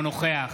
נגד ינון אזולאי,